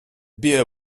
beer